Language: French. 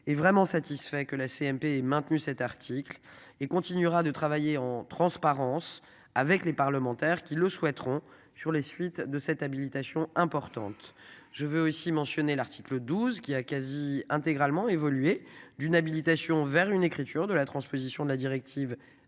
et vraiment satisfait que la CMP maintenu cet article et continuera de travailler en transparence avec les parlementaires qui le souhaiteront, sur les suites de cette habilitation importante je veux aussi mentionné l'article 12 qui a quasi intégralement évoluer d'une habilitation vers une écriture de la transposition de la directive